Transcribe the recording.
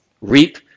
Reap